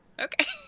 okay